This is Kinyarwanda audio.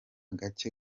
gake